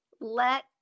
let